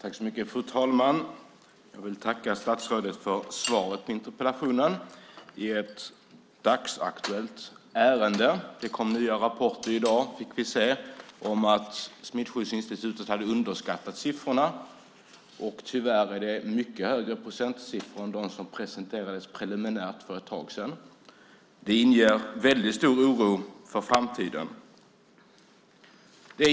Fru talman! Jag vill tacka statsrådet för svaret på interpellationen i ett dagsaktuellt ärende. Det kom nya rapporter i dag om att Smittskyddsinstitutet hade underskattat siffrorna. Tyvärr är det mycket högre procentsiffror än de som presenterades preliminärt för ett tag sedan. Det inger väldigt stor oro för framtiden.